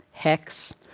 hecs,